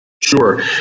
Sure